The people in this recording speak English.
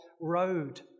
road